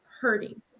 hurting